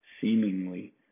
seemingly